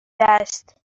است